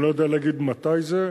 אני לא יודע להגיד מתי זה,